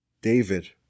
David